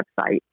website